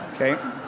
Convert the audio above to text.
Okay